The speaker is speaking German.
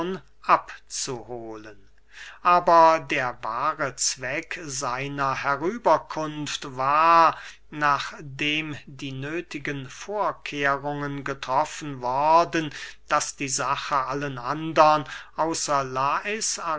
abzuhohlen aber der wahre zweck seiner herüberkunft war nachdem die nöthigen vorkehrungen getroffen worden daß die sache allen andern außer lais